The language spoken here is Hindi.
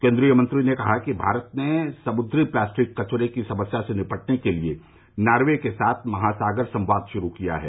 केंद्रीय मंत्री ने कहा कि भारत ने समुद्री प्लास्टिक कचरे की समस्या से निपटने के लिए नार्वे के साथ महासागर संवाद शुरू किया है